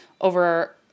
over